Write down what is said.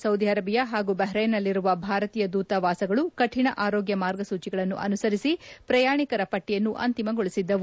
Saudi Arabia ಹಾಗೂ ಬಹ್ರೇನ್ನಲ್ಲಿರುವ ಭಾರತೀಯ ದೂತ ವಾಸಗಳು ಕಠಣ ಆರೋಗ್ಯ ಮಾರ್ಗಸೂಚಿಗಳನ್ನು ಅನುಸಿರಿಸಿ ಪ್ರಯಾಣಿಕರ ಪಟ್ಟಯನ್ನು ಅಂತಿಮಗೊಳಿಸಿದ್ದವು